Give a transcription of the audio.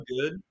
good